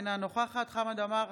אינה נוכחת חמד עמאר,